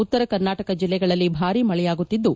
ಉತ್ತರ ಕರ್ನಾಟಕ ಜಿಲ್ಲೆಗಳಲ್ಲಿ ಭಾರೀ ಮಳೆಯಾಗುತ್ತಿದ್ದು